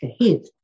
ahead